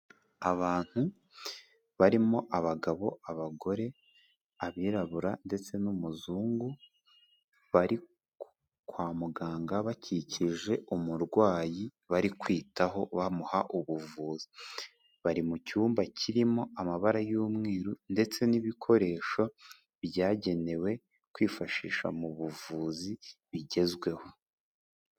Abantu barimo abagabo, abagore, abirabura ndetse n'umuzungu bari kwa muganga bakikije umurwayi bari kwitaho bamuha ubuvuzi, bari mu cyumba kirimo amabara y'umweru ndetse n'ibikoresho byagenewe kwifashisha mu buvuzi bigezweho.